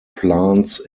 plants